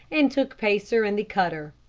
and took pacer and the cutter.